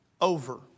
over